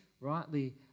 rightly